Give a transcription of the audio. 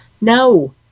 No